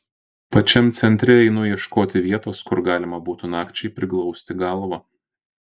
pačiam centre einu ieškoti vietos kur galima būtų nakčiai priglausti galvą